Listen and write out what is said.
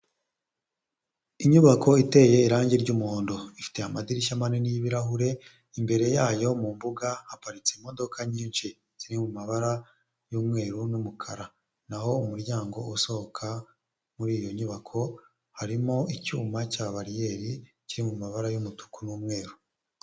Inyubako iteye irangi ry'umuhondo ifite amadirishya manini y'ibirahure, imbere yayo mu mbuga haparitse imodoka nyinshi ziri mu mabara y'umweru n'umukara, naho umuryango usohoka muri iyo nyubako harimo icyuma cya bariyeri kiri mu mabara y'umutuku n'umweru.